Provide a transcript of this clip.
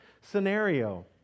scenario